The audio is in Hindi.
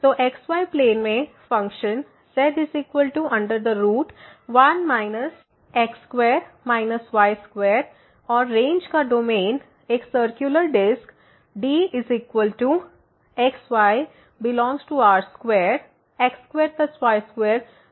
तो xy प्लेन में फ़ंक्शन z1 x2 y2और रेंज का डोमेन एक सर्कुलर डिस्क DxyR2x2y2≤1 है